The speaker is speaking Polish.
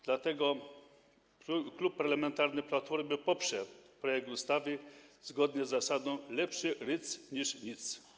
Dlatego klub parlamentarny Platformy poprze projekt ustawy, zgodnie z zasadą: lepszy rydz niż nic.